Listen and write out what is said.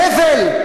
הבל.